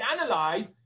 analyze